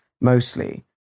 mostly